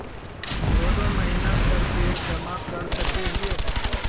दो दो महीना कर के जमा कर सके हिये?